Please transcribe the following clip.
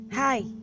Hi